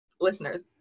listeners